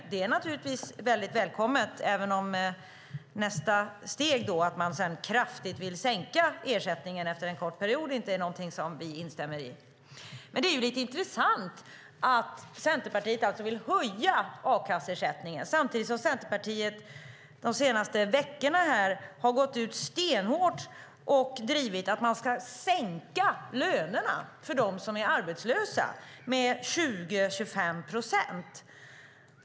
Det är naturligtvis välkommet, även om nästa steg att kraftigt sänka ersättningen efter en kort period inte är något som vi instämmer i. Det är lite intressant att Centerpartiet vill höja a-kasseersättningen samtidigt som Centerpartiet de senaste veckorna har gått ut stenhårt och drivit att man ska sänka lönerna för dem som är arbetslösa med 20-25 procent.